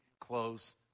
close